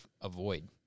avoid